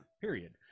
Period